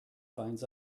finds